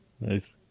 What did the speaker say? Nice